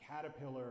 caterpillar